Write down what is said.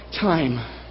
time